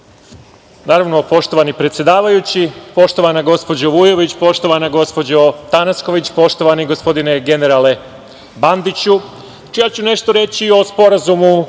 molbu. Naravno, poštovani predsedavajući, poštovana gospođo Vujović, poštovana gospođo Tanasković, poštovani gospodine generale Bandiću, ja ću nešto reći o Sporazumu